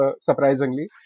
surprisingly